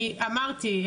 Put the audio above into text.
אני אמרתי,